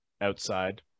outside